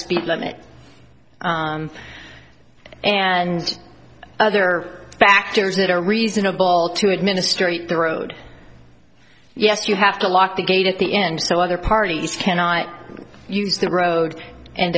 speed limit and other factors that are reasonable to administrate the road yes you have to lock the gate at the end so other parties can i use the road and